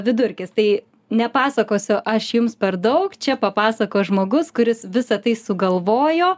vidurkis tai nepasakosiu aš jums per daug čia papasakos žmogus kuris visa tai sugalvojo